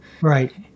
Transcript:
Right